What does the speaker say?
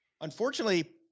unfortunately